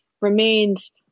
remains